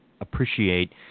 appreciate